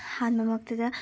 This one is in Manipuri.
ꯑꯍꯥꯟꯕ ꯃꯛꯇꯗ